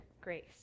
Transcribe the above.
grace